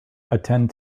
attend